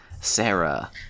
Sarah